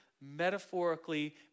metaphorically